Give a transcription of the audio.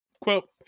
Quote